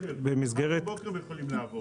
מחר בבוקר, מחר בבוקר הם יכולים לעבוד.